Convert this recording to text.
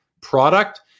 product